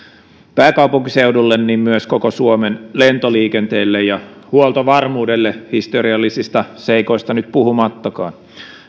pääkaupunkiseudulle myös koko suomen lentoliikenteelle ja huoltovarmuudelle historiallisista seikoista nyt puhumattakaan